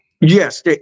Yes